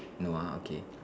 no ah okay